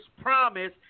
promise